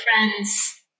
friends